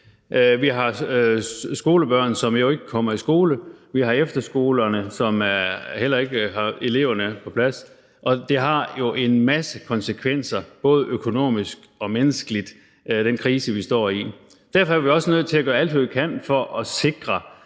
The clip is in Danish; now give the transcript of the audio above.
Vi har skolebørn, som ikke kommer i skole, vi har efterskolerne, som heller ikke har eleverne på plads, og det har jo en masse konsekvenser både økonomisk og menneskeligt med den krise, vi står i. Derfor er vi også nødt til at gøre alt, hvad vi kan, for at sikre,